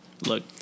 Look